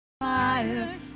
fire